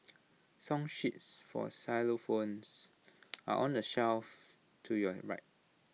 song sheets for xylophones are on the shelf to your right